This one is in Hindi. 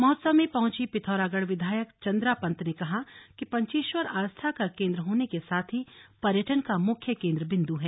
महोत्सव में पहुंचीं पिथौरागढ़ विधायक चन्द्रा पन्त ने कहा कि पंचेश्वर आस्था का केंद्र होने के साथ ही पर्यटन का मुख्य केंद्र बिंदु है